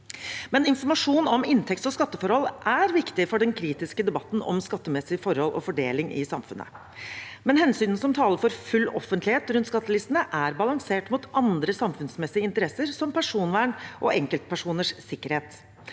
Informasjon om inntekts- og skatteforhold er viktig for den kritiske debatten om skattemessige forhold og fordeling i samfunnet, men hensynene som taler for full offentlighet rundt skattelistene, er balansert mot andre samfunnsmessige interesser, som personvern og enkeltpersoners sikkerhet.